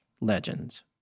legends